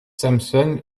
samson